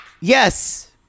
Yes